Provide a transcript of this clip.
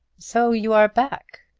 so you are back,